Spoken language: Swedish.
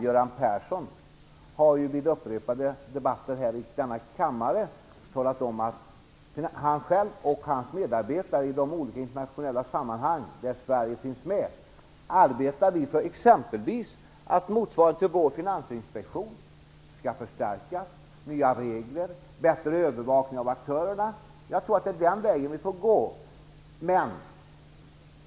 Göran Persson har vid upprepade debatter i denna kammare talat om att han själv och hans medarbetare i de olika internationella sammanhang där Sverige finns med exempelvis arbetar för att motsvarigheten till vår Finansinspektion skall förstärkas och för nya regler och bättre övervakning av aktörerna. Jag tror att det är den vägen vi får gå.